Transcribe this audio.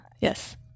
Yes